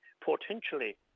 potentially